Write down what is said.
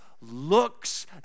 looks